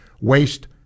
waste